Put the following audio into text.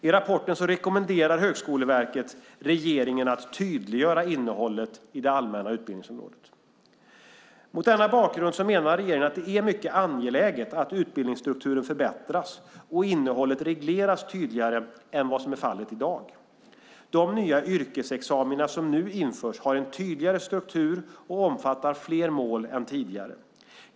I rapporten rekommenderar Högskoleverket regeringen att tydliggöra innehållet i det allmänna utbildningsområdet. Mot denna bakgrund menar regeringen att det är mycket angeläget att utbildningsstrukturen förbättras och att innehållet regleras tydligare än vad som är fallet i dag. De nya yrkesexamina som nu införs har en tydligare struktur och omfattar fler mål än tidigare.